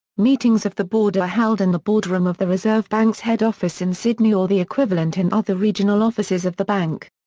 meetings of the board are held in and the boardroom of the reserve bank's head office in sydney or the equivalent in other regional offices of the bank.